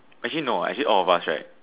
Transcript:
actually no actually all of us right